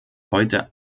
heute